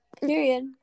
Period